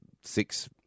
six